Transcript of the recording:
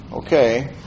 Okay